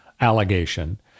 allegation